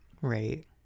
right